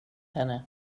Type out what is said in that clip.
henne